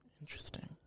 Interesting